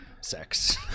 sex